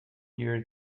year